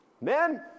men